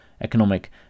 economic